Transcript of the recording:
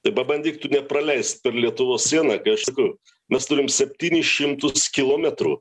tai pabandyk tu nepraleist per lietuvos sieną kai aš sakau mes turim septynis šimtus kilometrų